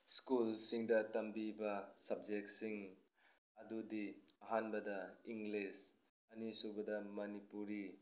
ꯁ꯭ꯀꯨꯜꯁꯤꯡꯗ ꯇꯝꯕꯤꯕ ꯁꯞꯖꯦꯛꯁꯤꯡ ꯑꯗꯨꯗꯤ ꯑꯍꯥꯟꯕꯗ ꯏꯪꯂꯤꯁ ꯑꯅꯤꯁꯨꯕꯗ ꯃꯅꯤꯄꯨꯔꯤ